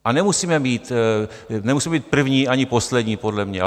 A nemusíme mít, nemusíme být první ani poslední podle mě.